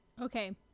okay